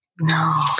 No